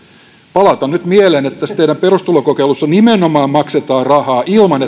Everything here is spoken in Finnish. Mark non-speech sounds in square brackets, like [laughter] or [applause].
palautan nyt mieleen että tässä teidän perustulokokeilussa nimenomaan maksetaan rahaa ilman [unintelligible]